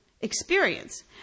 experience